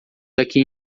daqui